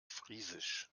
friesisch